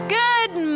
good